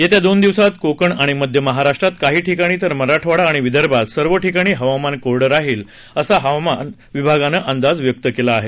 येत्या दोन दिवसांत कोकण आणि मध्य महाराष्ट्रात काही ठिकाणी तर मराठवाडा आणि विदर्भात सर्व ठिकाणी हवामान कोरडं राहील असा हवामान विभागाचा अंदाज आहे